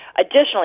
Additionally